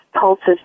pulses